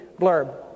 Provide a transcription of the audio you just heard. blurb